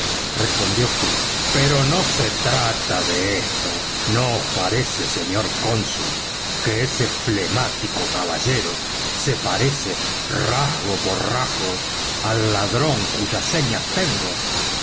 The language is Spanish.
respondió fix pero no se trata de esto no os parece señor cónsul que ese flemático caballero se parece rasgo por rasgo al ladrón cuyas señas tengo